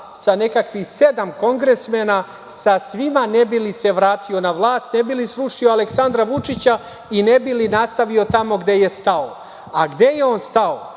sa nekakvih sedam kongresmena, sa svima, ne bili se vratio na vlast, ne bi li srušio Aleksandra Vučića i ne bi li nastavio tamo gde je stao.A gde je on stao?